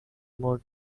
more